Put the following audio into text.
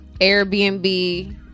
Airbnb